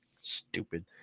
Stupid